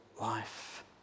life